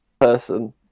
person